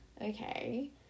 Okay